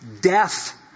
death